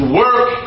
work